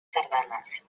tardanes